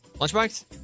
Lunchbox